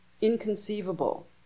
inconceivable